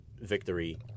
victory